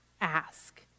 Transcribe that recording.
ask